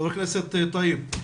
ח"כ טייב,